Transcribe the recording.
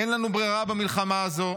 אין לנו ברירה במלחמה הזו.